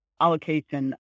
allocation